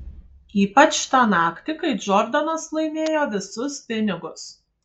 ypač tą naktį kai džordanas laimėjo visus pinigus